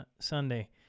Sunday